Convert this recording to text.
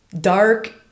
dark